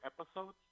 episodes